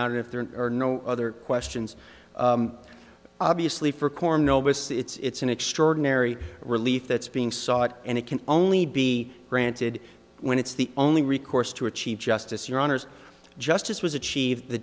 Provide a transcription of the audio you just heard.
and if there are no other questions obviously for corn novus it's an extraordinary relief that's being sought and it can only be granted when it's the only recourse to achieve justice your honour's justice was achieved the